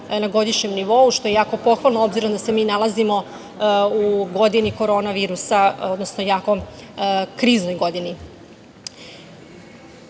na godišnjem nivou, što je jako pohvalno s obzirom da se mi nalazimo u godini korona virusa, odnosno jako kriznoj godini. Zapravo